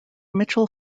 mitchell